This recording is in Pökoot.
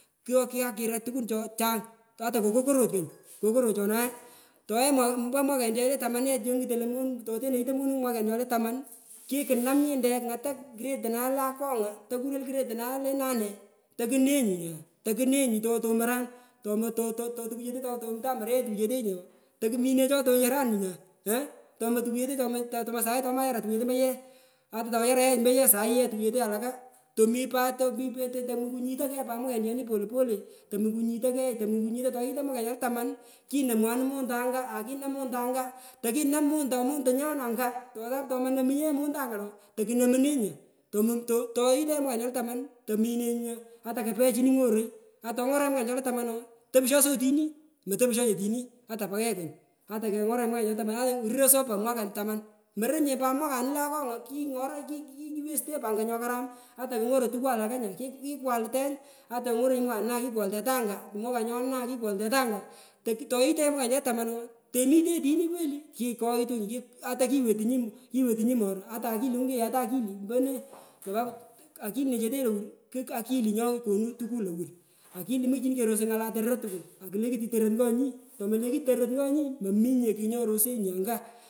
Kwa sapu ye tolenyete lipo lo awo mominye mominya wolo lentenyi kuroy pororyengu lo kanande amsini tometungonyi ye tetangu ooh atungonyi puki puki tighonenyi ne chi anga mot amominye kugh anga nyotighonenyi kwa sapu tonyurunyi puki puki nyu ye nomunyi wolu ngala sukarun kunamunyi tetangu wolu ngala pusha to tomine nyotesorenyi anga nya inamatenyi pat tetangu lenyoni inamatenyi pat inama ipoghoneyi suswonte teta teta ipogho ipoghore inomonunenyi wolu ngo puki puki takutwane nyunya makenamanyinye mwakanoni pat dot dot duk mwaka mpili tokune nyunya wolona nya mokoyu nye tanyu tokune nyunya manamunyinye twachoni pat atakomi monungo skul pees tokunomunyi nenyunyaaa mokiyu nye tanyoni kungun cheko wolu kunomonui piki pikinu wolu aai mokowonye mk aai tokune nyunya ngala par ye kelut nga ukulima mi asara ngala ukulima one kapsa mi asara ami asara ngo paida towenyi ngat ngala ngala par ye kitoimunoi wakatinay ngorshiyi ngiorshiyi kapsa toimunenyi arak arawane to arakra po odeny mwezi wa pili nyoni mitenyi torsho kwen ailutnyi nyini le mwezi wa tatu kesowunyi kochoghonu rop ye kapsa ta le mwezi wa tatu kati kati mwezi wa pili kati kati kochongonu rop mitenyi wondondo ngala ngala ng’orsho moketoranyi koponotiku nya irosanyi kusughyot nee toso nyi lo kosughyontonu mi lonee.